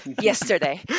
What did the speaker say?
Yesterday